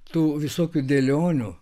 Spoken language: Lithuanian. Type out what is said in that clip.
tų visokių dėlionių